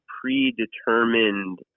predetermined